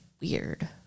weird